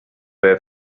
were